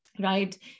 Right